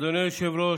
אדוני היושב-ראש,